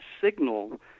signal